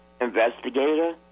investigator